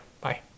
Bye